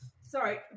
sorry